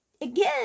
again